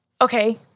Okay